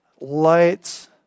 lights